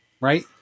right